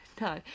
No